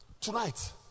Tonight